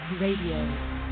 Radio